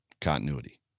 Continuity